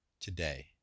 today